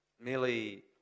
merely